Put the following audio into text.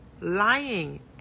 lying